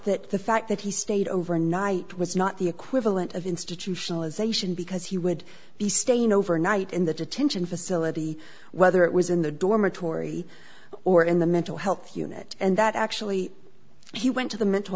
that the fact that he stayed over night was not the equivalent of institutionalization because he would be staying overnight in the detention facility whether it was in the dormitory or in the mental health unit and that actually he went to the mental